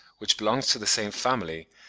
which belongs to the same family,